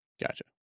Gotcha